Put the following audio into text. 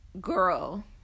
girl